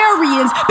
Aryans